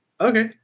Okay